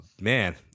man